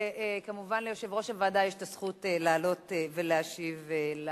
מובן שליושב-ראש הוועדה יש זכות לעלות ולהשיב על